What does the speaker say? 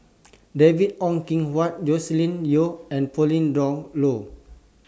David Ong Kim Huat Joscelin Yeo and Pauline Dawn Loh